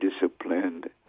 disciplined